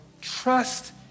trust